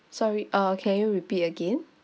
sorry uh can you repeat again